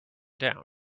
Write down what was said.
down